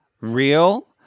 Real